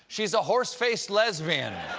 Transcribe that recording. she's a horsefaced lesbian!